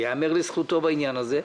ייאמר לזכותו בעניין הזה.